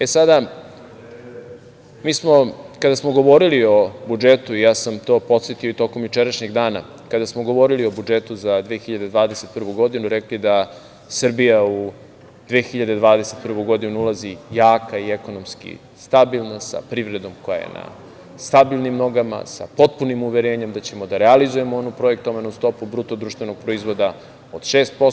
E sada, kada smo govorili o budžetu, ja sam to podsetio i tokom jučerašnjeg dana, kada smo govorili o budžetu za 2021. godinu, rekli da Srbija u 2021. godinu ulazi jaka i ekonomski stabilna, sa privredom koja je na stabilnim nogama, sa potpunim uverenjem da ćemo da realizujemo onu projektovanu stopu bruto društvenog proizvoda od 6%